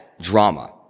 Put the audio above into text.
drama